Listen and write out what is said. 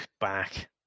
back